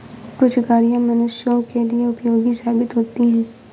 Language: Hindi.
कुछ गाड़ियां मनुष्यों के लिए उपयोगी साबित होती हैं